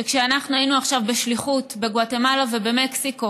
כשאנחנו היינו עכשיו בשליחות בגוואטמלה ובמקסיקו